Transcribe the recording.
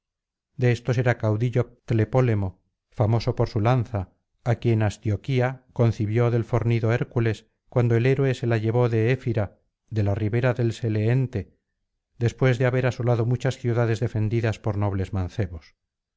de éstos era caudillo tlepólemo famoso por su lanza á quien astioquía concibió del fornido hércules cuando el héroe se la llevó de efira de la ribera del seleente después de haber asolado muchas ciudades defendidas por nobles mancebos